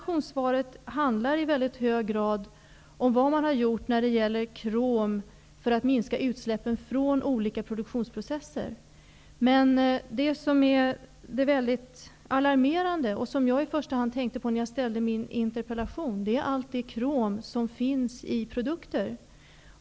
Det handlar i hög grad om vad man har gjort för att minska utsläppen från olika produktionsprocesser när det gäller krom. Men det som är alarmerande och som jag i första hand tänkte på när jag ställde min interpellation är allt det krom som finns i produkter.